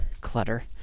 clutter